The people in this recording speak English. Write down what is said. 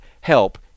help